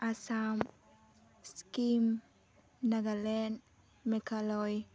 Assam Sikkim Nagaland Meghalaya